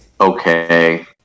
okay